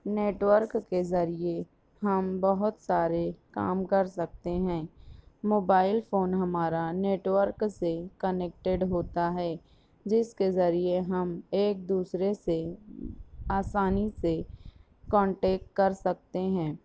network کے ذریعے ہم بہت سارے کام کر سکتے ہیں موبائل فون ہمارا نیٹورک سے کنیکٹیڈ ہوتا ہے جس کے ذریعے ہم ایک دوسرے سے آسانی سے کانٹیک کر سکتے ہیں